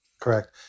Correct